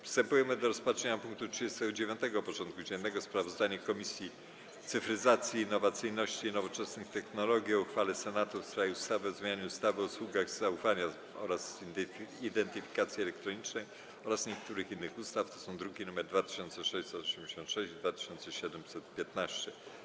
Przystępujemy do rozpatrzenia punktu 39. porządku dziennego: Sprawozdanie Komisji Cyfryzacji, Innowacyjności i Nowoczesnych Technologii o uchwale Senatu w sprawie ustawy o zmianie ustawy o usługach zaufania oraz identyfikacji elektronicznej oraz niektórych innych ustaw (druki nr 2686 i 2715)